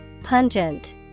Pungent